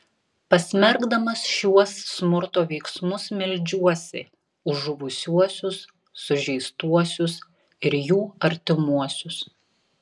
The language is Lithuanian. pasmerkdamas šiuos smurto veiksmus meldžiuosi už žuvusiuosius sužeistuosius ir jų artimuosius